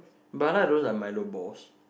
mala don't like Milo boss